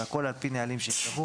והכול על פי נהלים שייקבעו".